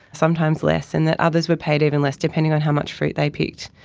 sometimes less, and that others were paid even less, depending on how much fruit they picked.